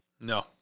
No